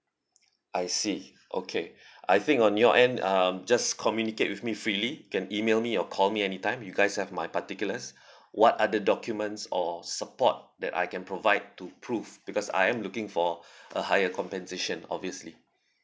I see okay I think on your end um just communicate with me freely can email me or call me anytime you guys have my particulars what other documents or support that I can provide to prove because I am looking for a higher compensation obviously